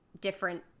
different